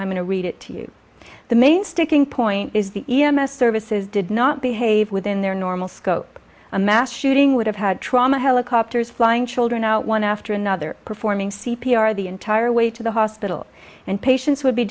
i'm going to read it to you the main sticking point is the e m s services did not behave within their normal scope a mass shooting would have had trauma helicopters flying children out one after another performing c p r the entire way to the hospital and patients would be